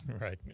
right